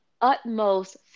utmost